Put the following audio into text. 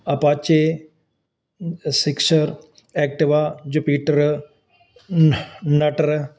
Apache ਸਿਕਸਚਰ Activa Jupiter ਨਟਰ